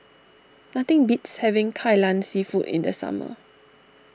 nothing beats having Kai Lan Seafood in the summer